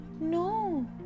no